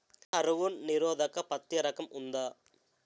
కరువు నిరోధక పత్తి రకం ఉందా?